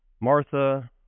Martha